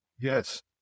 Yes